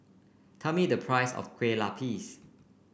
tell me the price of Kueh Lapis